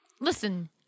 listen